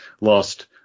lost